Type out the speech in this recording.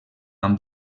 amb